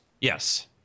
Yes